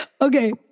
Okay